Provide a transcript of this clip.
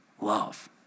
love